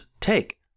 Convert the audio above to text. take